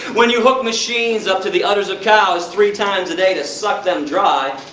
when you hook machines up to the udders of cows three times a day to suck them dry,